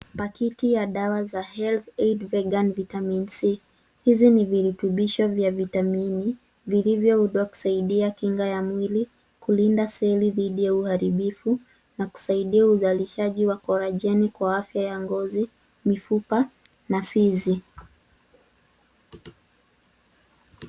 Pakiti ya dawa za HealthAid Vegan Vitamin C . Hivi ni virutubisho vya vitamini vilivyoundwa kusaidia kinga ya mwili kulinda seli dhidi ya uharibifu na kusaidia uzalishaji wa kolajeni kwa afya ya ngozi, mifupa, na fizi.